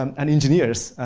um and engineers,